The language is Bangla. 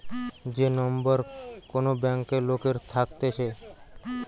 যে নম্বর কোন ব্যাংকে লোকের থাকতেছে